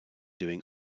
doing